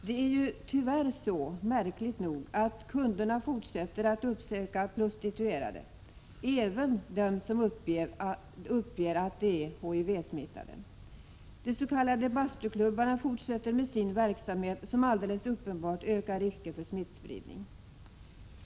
Det är ju — tyvärr och märkligt nog — så att kunderna fortsätter att uppsöka prostituerade, även dem som uppger att de är HIV-smittade. De s.k. bastuklubbarna fortsätter med sin verksamhet, som alldeles uppenbart ökar risken för smittspridning.